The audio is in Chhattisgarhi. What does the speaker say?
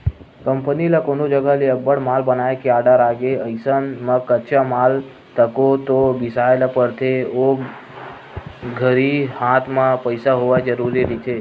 कंपनी ल कोनो जघा ले अब्बड़ माल बनाए के आरडर आगे अइसन म कच्चा माल तको तो बिसाय ल परथे ओ घरी हात म पइसा होवई जरुरी रहिथे